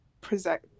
present